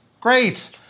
Great